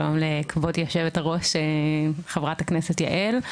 שלום לכבוד יושב הראש, חברת הכנסת יעל.